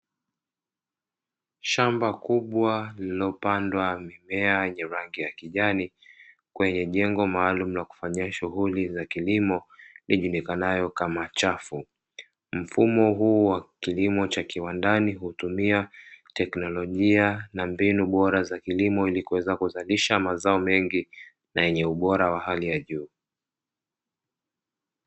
Shamba kubwa lililopandwa mimea yenye rangi ya kijani, kwenye jengo maalumu la kufanyia shughuli za kilimo lijulikanalo kama chafu. Mfumo huu wa kilimo cha kiwandani hutumia teknolojia na mbinu bora za kilimo, ili kuweza kuzalisha mazao mengi na yenye ubora wa hali ya juu.